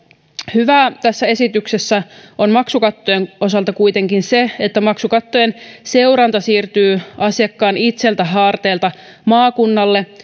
hyvää tässä esityksessä on maksukattojen osalta kuitenkin se että maksukattojen seuranta siirtyy asiakkaan itsensä harteilta maakunnalle